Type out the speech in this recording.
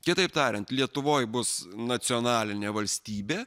kitaip tariant lietuvoj bus nacionalinė valstybė